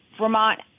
Vermont